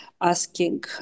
asking